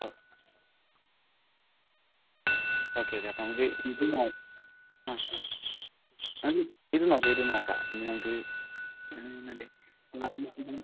ഓ okay okay അപ്പോൾ നമുക്ക് ഇത് ആ ഇത് നോക്കാം ഇത് നോക്കാം ഇനി നമുക്ക് മറ്റേ വാഷിംഗ് മെഷീനും